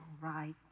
Right